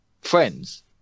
friends